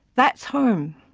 that's home.